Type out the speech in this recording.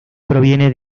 proviene